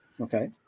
okay